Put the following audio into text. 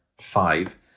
five